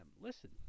listen